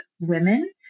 women